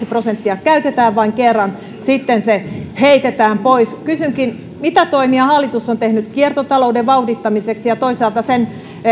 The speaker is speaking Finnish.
prosenttia käytetään vain kerran sitten se heitetään pois kysynkin mitä toimia hallitus on tehnyt kiertotalouden vauhdittamiseksi ja toisaalta sen